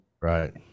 right